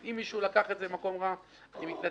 אז אם מישהו לקח את זה למקום רע, אני מתנצל.